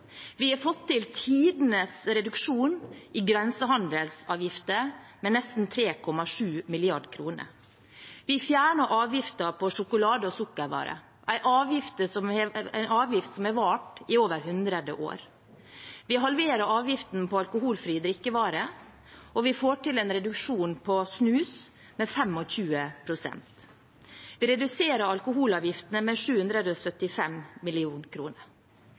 Vi har fått til tidenes reduksjon i grensehandelavgifter med nesten 3,7 mrd. kr. Vi fjerner avgiften på sjokolade og sukkervarer, en avgift som har vart i over 100 år. Vi halverer avgiften på alkoholfrie drikkevarer, og vi får til en reduksjon på snus på 25 pst. Vi reduserer alkoholavgiftene med 775